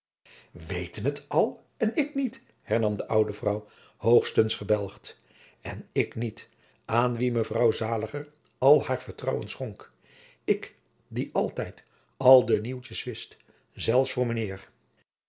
weten het al en ik niet hernam de oude vrouw hoogstens gebelgd en ik niet aan wie mevrouw zaliger al haar vertrouwen schonk ik die altijd al de nieuwtjens wist zelfs voor mijnheer